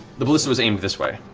the ballista was aimed this way.